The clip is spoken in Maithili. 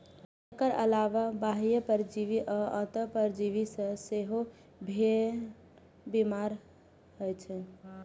एकर अलावे बाह्य परजीवी आ अंतः परजीवी सं सेहो भेड़ बीमार होइ छै